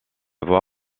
voie